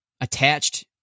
attached